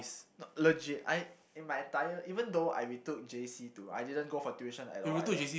legit I in my entire even though I retook J_C two I didn't go for tuition at all either